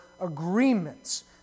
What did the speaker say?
agreements